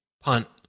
punt